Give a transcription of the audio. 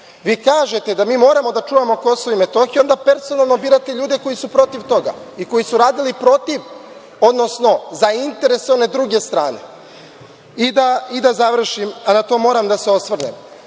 Vi kažete da mi moramo da čuvamo Kosovo i Metohiju i onda personalno birate ljude koji su protiv toga i koji su radili protiv, odnosno za interes one druge strane. Da završim, a na to moram da se osvrnem,